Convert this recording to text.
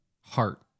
heart